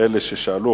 אלה ששאלו,